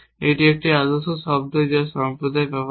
এটি একটি আদর্শ শব্দ যা সম্প্রদায় ব্যবহার করে